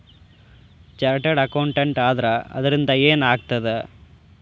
Chartered accountant ಆದ್ರ ಅದರಿಂದಾ ಏನ್ ಆಗ್ತದ?